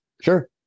Sure